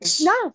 No